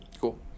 cool